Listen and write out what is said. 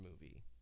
movie